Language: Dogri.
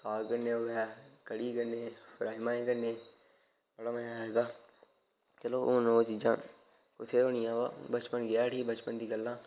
साग कन्नै होऐ कढ़ी कन्नै राजमाहें कन्नै बड़ा मजा आई जंदा ते हून ओह् चीजां कुत्थै होनियां व बचपन गेआ उठी बचपन दी गल्लां